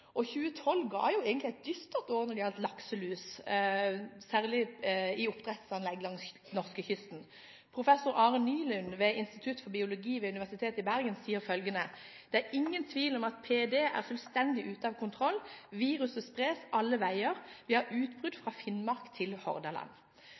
egentlig et dystert år når det gjaldt lakselus, særlig i oppdrettsanlegg langs norskekysten. Professor Are Nylund ved Institutt for biologi ved Universitetet i Bergen sier følgende: «Det er ingen tvil om at PD er fullstendig ute av kontroll. Viruset spres alle veier og vi har utbrudd